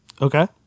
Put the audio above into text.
Okay